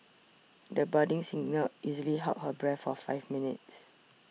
the budding singer easily held her breath for five minutes